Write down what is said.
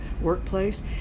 workplace